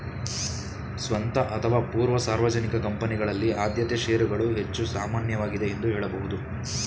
ಸ್ವಂತ ಅಥವಾ ಪೂರ್ವ ಸಾರ್ವಜನಿಕ ಕಂಪನಿಗಳಲ್ಲಿ ಆದ್ಯತೆ ಶೇರುಗಳು ಹೆಚ್ಚು ಸಾಮಾನ್ಯವಾಗಿದೆ ಎಂದು ಹೇಳಬಹುದು